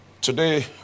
today